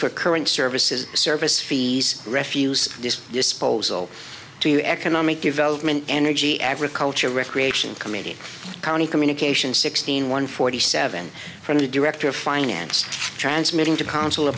for current services service fees refuse this disposal to economic development energy agriculture recreation committee county communications sixteen one forty seven from the director of finance transmitting to coun